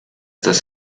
das